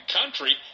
country